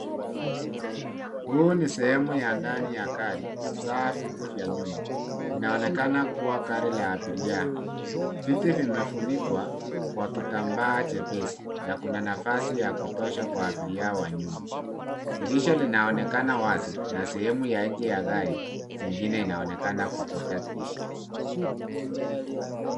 Huu ni sehemu ya ndani ya gari, hasa viti vya nyuma. Inaonekana kuwa gari la abiria. Viti vimefunikwa kwa kitambaa chepesi na kuna nafasi ya kutosha kwa abiria wa nyuma. Dirisha linaonekana wazi, na sehemu ya nje ya gari jingine inaonekana kupita dirisha.